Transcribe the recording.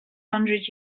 hundred